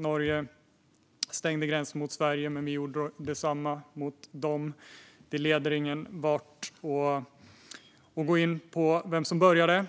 Norge stängde gränsen mot Sverige, men vi gjorde detsamma mot dem. Det leder ingen vart att gå in på vem som började.